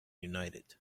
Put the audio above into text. united